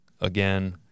again